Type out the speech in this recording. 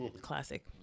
Classic